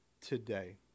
today